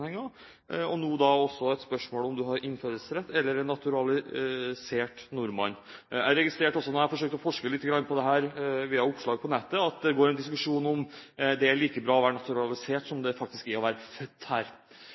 og til nå også å være et spørsmål om du har innfødsrett eller er naturalisert nordmann. Jeg registrerte også da jeg forsøkte å forske litt på dette via oppslag på nettet, at det går en diskusjon om det er like bra å være naturalisert som det faktisk er å være født her.